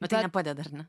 bet tai nepadeda ar ne